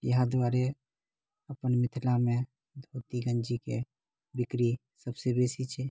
इएहा दुआरे अपन मिथिलामे धोती गञ्जीके बिक्री सभसे बेसी छै